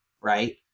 right